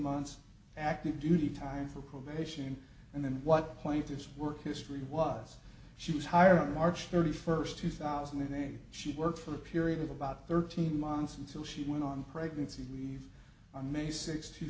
months active duty time for probation and then what point just work history was she was hired in march thirty first two thousand and eight she worked for a period of about thirteen months until she went on pregnancy leave i'm a sixty two